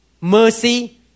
mercy